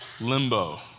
Limbo